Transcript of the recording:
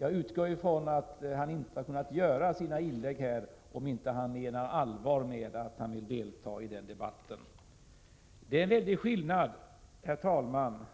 Jag utgår från att Erik Holmkvist inte skulle ha gjort sina inlägg i denna fråga om han inte menar allvar med att han vill delta i den debatten. Herr talman! Det är en mycket